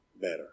better